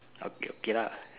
okay okay lah